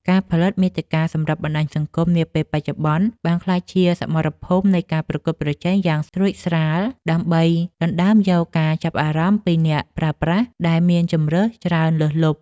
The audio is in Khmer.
ការផលិតមាតិកាសម្រាប់បណ្ដាញសង្គមនាពេលបច្ចុប្បន្ន បានក្លាយជាសមរភូមិនៃការប្រកួតប្រជែងយ៉ាងស្រួចស្រាល់ ដើម្បីដណ្ដើមយកការចាប់អារម្មណ៍ពីអ្នកប្រើប្រាស់ដែលមានជម្រើសច្រើនលើសលប់។